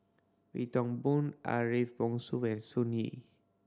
Wee Toon Boon Ariff Bongso and Sun Yee